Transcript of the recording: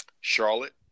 Charlotte